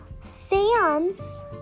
Sam's